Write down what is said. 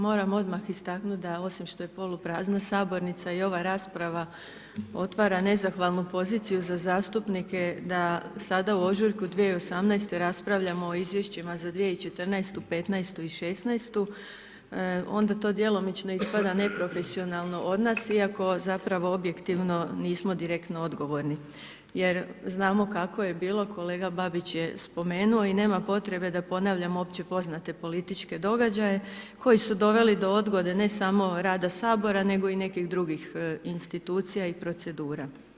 Moram odmah istaknuti da osim što je poluprazna sabornica i ova rasprava otvara nezahvalna poziciju za zastupnike da sada u ožujku 2018. raspravljamo o izvješćima za 2014., 2015. i 2016., onda to djelomično ispada neprofesionalno od nas iako zapravo objektivno nismo direktno odgovorni jer znamo kako je bilo, kolega Babić je spomenuo i nema potrebe da ponavljamo opće poznate političke događaje koji su doveli do odgode ne samo rada Sabora nego i nekih drugih institucija i procedura.